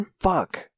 Fuck